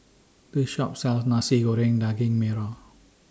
This Shop sells Nasi Goreng Daging Merah